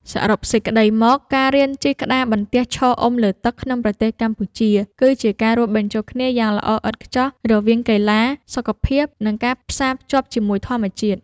សរុបសេចក្ដីមក ការរៀនជិះក្តារបន្ទះឈរអុំលើទឹកក្នុងប្រទេសកម្ពុជា គឺជាការរួមបញ្ចូលគ្នាយ៉ាងល្អឥតខ្ចោះរវាង កីឡា សុខភាព និងការផ្សារភ្ជាប់ជាមួយធម្មជាតិ។